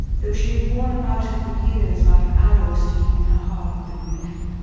though she had worn about her for years, like an arrow sticking in her heart, the grief,